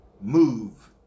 move